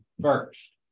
first